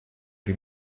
die